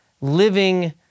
living